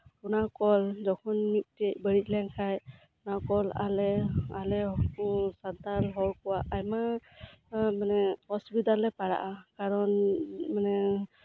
ᱚᱱᱟ ᱠᱚᱞ ᱡᱚᱠᱷᱚᱱ ᱢᱤᱫᱴᱮᱡ ᱵᱟᱹᱲᱤᱡ ᱞᱮᱱᱠᱷᱟᱱ ᱟᱞᱮ ᱩᱱᱠᱩ ᱥᱟᱱᱛᱟᱲ ᱦᱚᱲ ᱠᱚᱣᱟᱜ ᱟᱭᱢᱟ ᱚᱥᱩᱵᱤᱫᱷᱟ ᱨᱮᱞᱮ ᱯᱟᱲᱟᱜᱼᱟ ᱠᱟᱨᱚᱱ ᱢᱟᱱᱮ